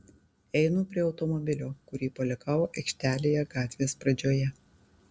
einu prie automobilio kurį palikau aikštelėje gatvės pradžioje